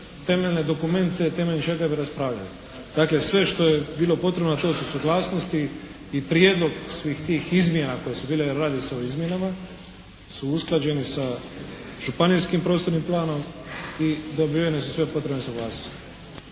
temeljne dokumente na temelju čega bi raspravljali. Dakle sve što je bilo potrebno a to su suglasnosti i prijedlog svih tih izmjena koje su bile, a radi se o izmjenama su usklađene sa županijskim prostornim planom i dobivene su sve potrebne suglasnosti.